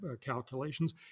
calculations